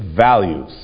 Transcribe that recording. values